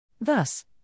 Thus